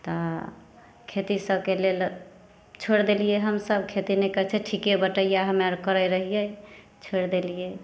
तऽ खेती सभके लेल छोड़ि देलियै हमसभ खेती नहि करै छै ठीके बटैया हमे आर करै रहियै छोड़ि देलियै